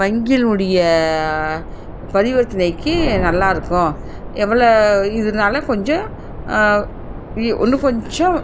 வங்கியில்னுடைய பரிவர்த்தனைக்கு நல்லா இருக்கும் எவ்வளோ இருந்தாலும் கொஞ்சம் இன்னும் கொஞ்சம்